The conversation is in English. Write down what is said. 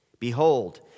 Behold